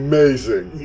Amazing